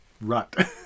rut